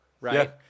right